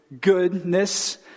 goodness